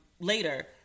later